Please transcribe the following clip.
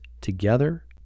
together